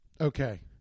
Okay